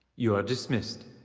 you are dismissed.